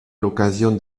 l’occasion